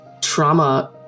trauma